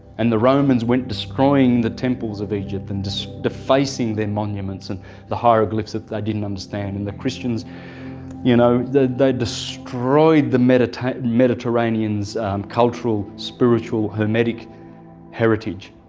and the romans went destroying the temples of egypt and so defacing their monuments and the hieroglyphs that they didn't understand, and the christians you know they destroyed the mediterranean's mediterranean's cultural, spiritual, hermetic heritage.